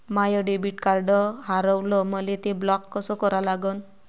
माय debit card हारवलं, मले ते ब्लॉक कस करा लागन?